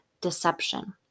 deception